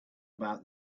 about